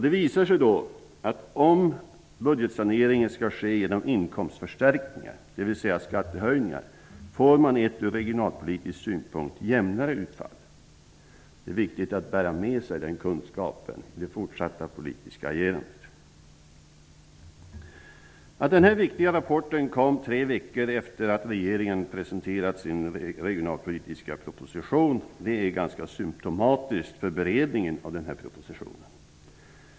Det visar sig då att om budgetsaneringen skall ske genom inkomstförstärkningar, dvs. skattehöjningar, får man ett ur regionalpolitisk synpunkt jämnare utfall. Det är viktigt att bära med sig den kunskapen i det fortsatta politiska agerandet. Att den här viktiga rapporten kom tre veckor efter det att regeringen presenterat sin regionalpolitiska proposition är ganska symtomatiskt för beredningen av propositionen.